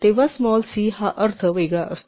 तेव्हा small c चा अर्थ वेगळाअसतो